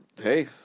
Hey